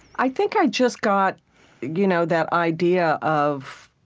i think i just got you know that idea of